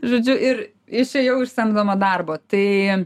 žodžiu ir išėjau iš samdomo darbo tai